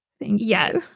yes